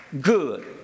good